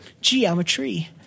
Geometry